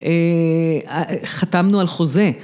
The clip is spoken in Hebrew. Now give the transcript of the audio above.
אה... א... חתמנו על חוזה.